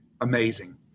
amazing